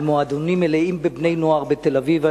על מועדונים מלאים בבני-נוער בתל-אביב.